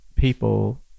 people